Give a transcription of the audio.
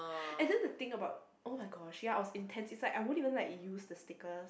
and the the thing about oh-my-gosh ya I will intensive I won't even like use the sticker